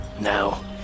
Now